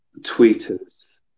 tweeters